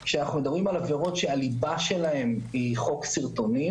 כשאנחנו מדברים על עבירות שהליבה שלהם היא חוק סרטונים